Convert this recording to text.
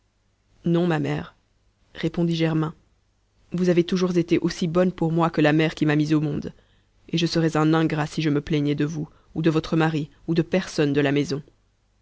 non ma mère répondit germain vous avez toujours été aussi bonne pour moi que la mère qui m'a mis au monde et je serais un ingrat si je me plaignais de vous ou de votre mari ou de personne de la maison